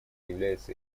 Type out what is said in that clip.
является